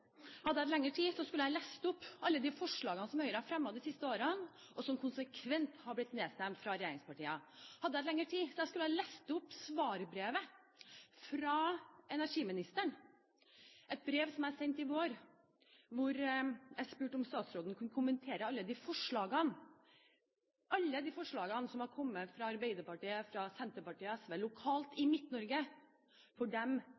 Hadde jeg hatt lengre taletid, skulle jeg ha lest opp alle de forslagene som Høyre har fremmet de siste årene, og som konsekvent har blitt nedstemt av regjeringspartiene. Hadde jeg hatt lengre taletid, skulle jeg ha lest opp svarbrevet fra energiministeren på et brev som ble sendt i vår, hvor jeg spurte om statsråden kunne kommentere alle de forslagene som har kommet fra Arbeiderpartiet, Senterpartiet og SV lokalt i Midt-Norge, for